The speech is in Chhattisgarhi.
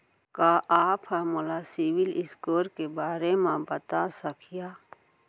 का आप हा मोला सिविल स्कोर के बारे मा बता सकिहा?